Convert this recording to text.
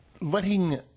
letting